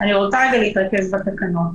אני רוצה להתרכז בתקנות.